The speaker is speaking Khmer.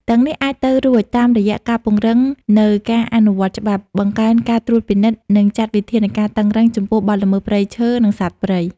ទាំងនេះអាចទៅរួច តាមរយៈការពង្រឹងនៅការអនុវត្តច្បាប់ បង្កើនការត្រួតពិនិត្យ និងចាត់វិធានការតឹងរ៉ឹងចំពោះបទល្មើសព្រៃឈើ និងសត្វព្រៃ។